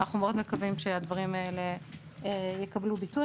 אנחנו מאוד מקווים שהדברים האלה יקבלו ביטוי.